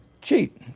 cheat